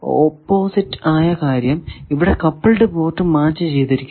opposite ആയ കാര്യം ഇവിടെ കപ്പിൾഡ് പോർട്ട് മാച്ച് ചെയ്തിരിക്കുന്നു